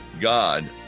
God